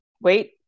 wait